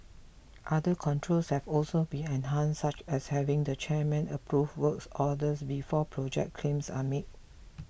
other controls have also been enhanced such as having the chairman approve works orders before project claims are made